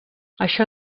això